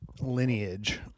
lineage